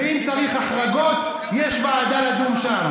ואם צריך החרגות, יש ועדה לדון שם.